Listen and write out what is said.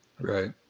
right